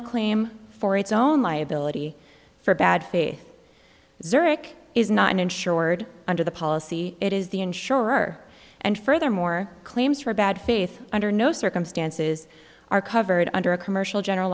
a claim for its own liability for bad faith zurich is not insured under the policy it is the insurer and furthermore claims for bad faith under no circumstances are covered under a commercial general